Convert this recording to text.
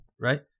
right